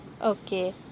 Okay